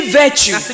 virtue